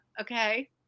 okay